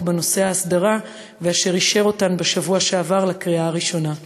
בנושא ההסדרה ואישר אותן בשבוע שעבר לקריאה ראשונה.